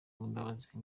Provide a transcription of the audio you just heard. uwimbabazi